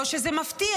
לא שזה מפתיע.